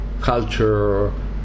culture